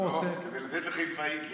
לא, כדי לתת לחיפאית להיכנס,